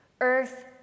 earth